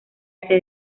ese